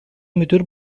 müdür